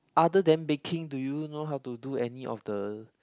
other than baking do you know how to do any of the